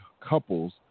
couples